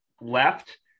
left